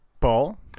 Paul